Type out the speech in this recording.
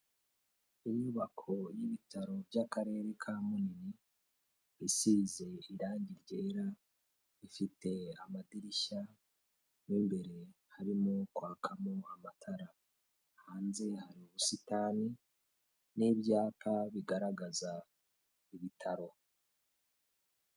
Inyubako y'ibitaro bya Akarere ka Munini isize irange ryera, ifite amadirishya mo imbere harimo kwakamo amatara, hanze hari ubusitani n'ibyapa bigaragaza ibitaro.